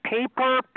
paper